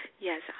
Yes